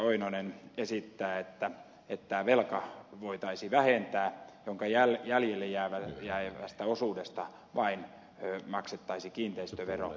oinonen esittää että velka voitaisiin vähentää ja jäljelle jäävästä osuudesta vain maksettaisiin kiinteistövero